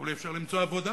אבל אי-אפשר למצוא עבודה.